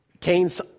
Cain's